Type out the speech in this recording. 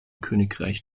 königreich